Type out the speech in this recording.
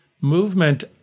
movement